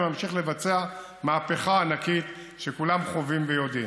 ואני ממשיך לבצע מהפכה ענקית שכולם חווים ויודעים.